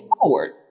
forward